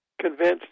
convinced